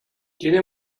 tiene